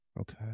okay